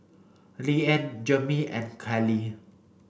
Liane Jermey and Keli